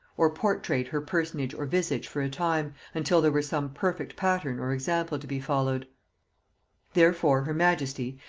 or portrait her personage or visage for a time, until there were some perfect pattern or example to be followed therefore her majesty,